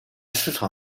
市场